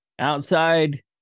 Outside